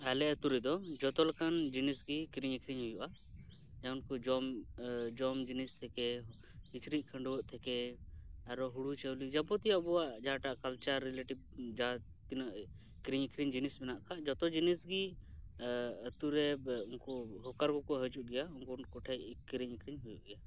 ᱟᱞᱮ ᱟᱛᱳ ᱨᱮᱫᱚ ᱡᱚᱛᱚ ᱞᱮᱠᱟᱱ ᱡᱤᱱᱤᱥ ᱜᱮ ᱠᱤᱨᱤᱧ ᱟᱹᱠᱷᱨᱤᱧ ᱦᱩᱭᱩᱜᱼᱟ ᱡᱮᱢᱚᱱ ᱠᱚ ᱡᱚᱢ ᱡᱚᱢ ᱡᱤᱱᱤᱥ ᱛᱷᱮᱠᱮ ᱠᱤᱪᱨᱤᱡ ᱠᱷᱟᱹᱰᱣᱟᱹᱜ ᱛᱷᱮᱠᱮ ᱟᱨᱚ ᱦᱩᱲᱩ ᱪᱟᱣᱞᱮ ᱡᱟᱵᱚᱛᱤᱭᱚ ᱟᱵᱚᱣᱟᱜ ᱡᱟᱦᱟᱸᱴᱟᱜ ᱠᱟᱞᱪᱟᱨ ᱨᱤᱞᱮᱴᱤᱵᱽ ᱡᱟᱦᱟᱸᱛᱤᱱᱟᱹᱜ ᱠᱤᱨᱤᱧ ᱟᱹᱠᱷᱨᱤᱧ ᱡᱤᱱᱤᱥ ᱢᱮᱱᱟᱜ ᱟᱠᱟᱫ ᱡᱚᱛᱚ ᱡᱤᱱᱤᱥ ᱜᱮ ᱟᱛᱩᱨᱮ ᱩᱝᱠᱩ ᱦᱚᱠᱟᱨ ᱠᱚ ᱠᱚ ᱦᱤᱡᱩᱜ ᱜᱮᱭᱟ ᱩᱝᱠᱩ ᱴᱷᱮᱡ ᱠᱤᱨᱤᱧ ᱟᱹᱠᱷᱨᱤᱧ ᱦᱩᱭᱩᱜ ᱜᱮᱭᱟ